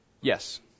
Yes